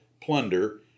plunder